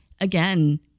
again